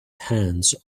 hands